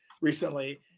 recently